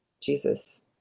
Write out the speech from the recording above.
Jesus